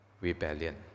rebellion